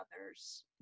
others